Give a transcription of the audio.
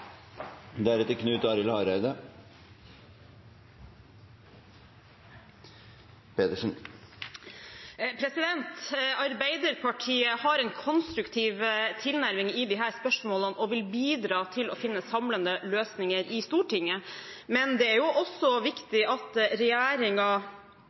Arbeiderpartiet har en konstruktiv tilnærming til disse spørsmålene og vil bidra til å finne samlende løsninger i Stortinget. Men det er også viktig at